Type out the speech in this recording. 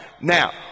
Now